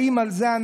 האם על זה,